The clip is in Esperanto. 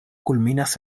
kulminas